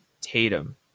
Tatum